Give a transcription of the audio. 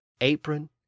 apron